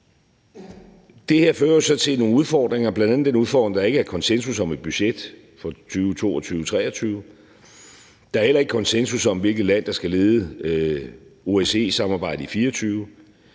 Det her fører jo så til nogle udfordringer, bl.a. den udfordring, at der ikke er konsensus om et budget for 2022-2023. Der er heller ikke konsensus om, hvilket land der skal lede OSCE-samarbejdet i 2024.